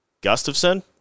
Gustafson